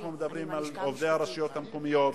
אנחנו מדברים על עובדי הרשויות המקומיות,